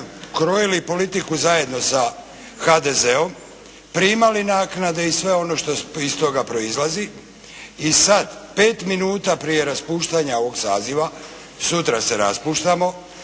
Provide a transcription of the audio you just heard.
krojili politiku zajedno sa HDZ-om, primali naknade i sve ono što iz toga proizlazi i sad 5 minuta prije raspuštanja ovog saziva, sutra se raspuštamo,